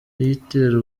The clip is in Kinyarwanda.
itera